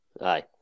Aye